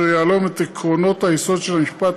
אשר יהלום את עקרונות היסוד של המשפט